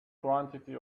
quantity